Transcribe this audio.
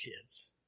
kids